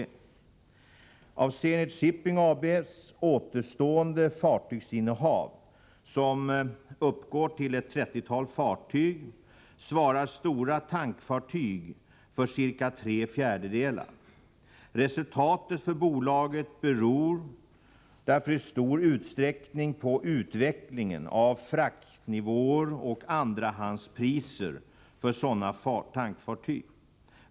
Av Zenit Shipping AB:s återstående fartygsinnehav, som uppgår till ett trettiotal fartyg, svarar stora tankfartyg för ca tre fjärdedelar. Resultatet för bolaget beror därför i stor utsträckning på utvecklingen av fraktnivåer och Nr 59 andrahandspriser för sådana tankfartyg.